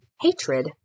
hatred